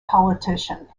politician